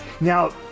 now